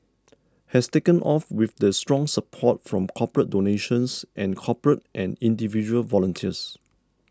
has taken off with the strong support from corporate donations and corporate and individual volunteers